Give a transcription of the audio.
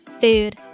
food